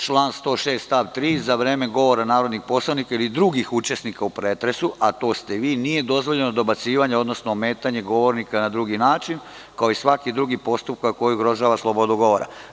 Član 106. stav 3: „Za vreme govora narodnih poslanika ili drugih učesnika u pretresu – a to ste vi – nije dozvoljeno dobacivanje odnosno ometanje govornika na drugi način, kao i svaki drugi postupak koji ugrožava slobodu govora“